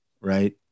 right